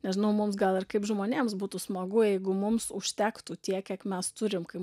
nežinau mums gal ir kaip žmonėms būtų smagu jeigu mums užtektų tiek kiek mes turim kai